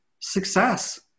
Success